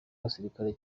igisirikare